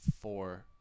four